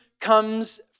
comes